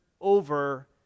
over